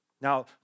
Now